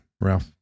Ralph